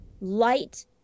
light